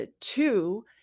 two